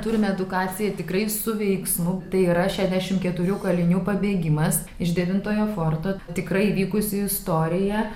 turim edukaciją tikrai su veiksmu tai yra šešiasdešimt keturių kalinių pabėgimas iš devintojo forto tikrai įvykusi istorija